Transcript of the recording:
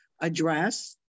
address